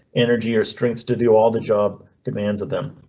energy, or strength to do all the job demands of them.